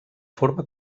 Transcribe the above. forma